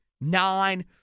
nine